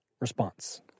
response